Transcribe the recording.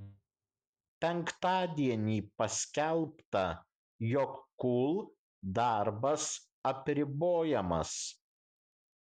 penktadienį paskelbta jog kul darbas apribojamas